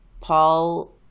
Paul